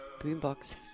boombox